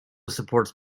supports